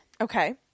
Okay